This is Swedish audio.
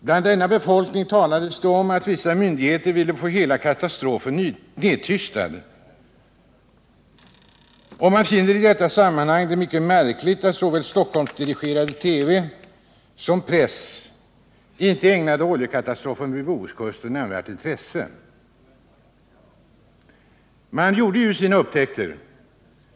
Bland befolkningen talades det om att vissa myndigheter ville få hela diskussionen om katastrofen nedtystad, och man finner det mycket märkligt att såväl Stockholmsdirigerad TV som press inte ägnade oljekatastrofen vid Bohuskusten något nämnvärt intresse. Man gjorde ju sina upptäckter.